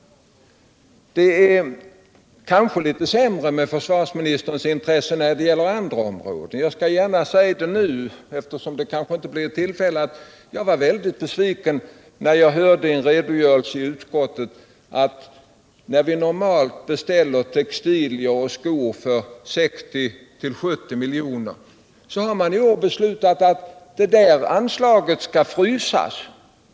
Det är kanske litet sämre med försvarsministerns intresse när det gäller andra områden. Jag vill gärna nu tala om — det kanske inte blir något annat tillfälle till det —att jag blev väldigt besviken när jag lyssnade till en redogörelse i utskottet. Det framgick av den redogörelsen att vi normalt beställer textilier och skor för 60 å 70 milj.kr. till försvaret men att man i år beslutat frysa det anslaget.